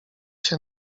się